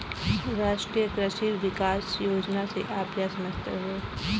राष्ट्रीय कृषि विकास योजना से आप क्या समझते हैं?